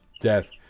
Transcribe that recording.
death